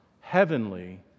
heavenly